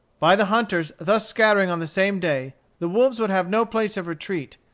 by the hunters thus scattering on the same day, the wolves would have no place of retreat.